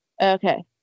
Okay